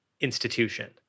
institution